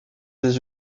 des